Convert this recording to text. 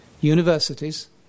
Universities